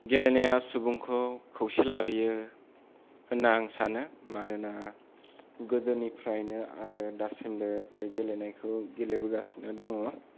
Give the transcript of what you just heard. गेलेनाया सुबुंखौ खौसे लाबोयो होनना आं सानो मानोना गोदोनिफ्रायनो आरो दासिमबो बे गेलेनायखौ गेलेबोगासिनो दङ